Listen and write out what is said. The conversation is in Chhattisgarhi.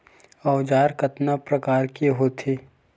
औजार कतना प्रकार के होथे?